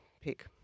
pick